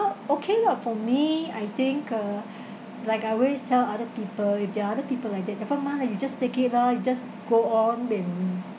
okay lah for me I think uh like I always tell other people if there are other people like that never mind you just take it lor you just go on and